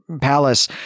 palace